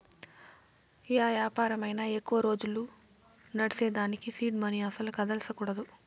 yeah యాపారమైనా ఎక్కువ రోజులు నడ్సేదానికి సీడ్ మనీ అస్సల కదల్సకూడదు